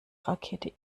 rakete